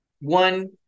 one